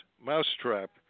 Mousetrap